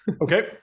Okay